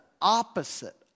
opposite